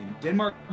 Denmark